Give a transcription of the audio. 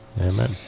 Amen